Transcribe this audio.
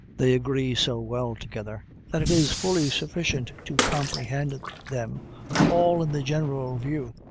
they agree so well together, that it is fully sufficient to comprehend them all in the general view,